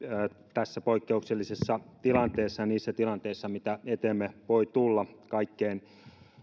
tässä poikkeuksellisessa tilanteessa ja niissä tilanteissa mitä eteemme voi tulla kaikkeen